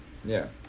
ya